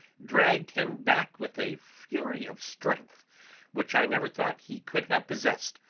dragged him back with a fury of strength which i never thought he could have possessed,